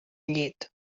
llit